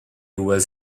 was